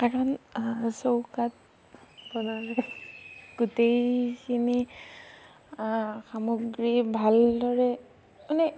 কাৰণ চৌকাত বনালে গোটেইখিনি সামগ্ৰী ভালদৰে মানে